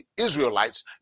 Israelites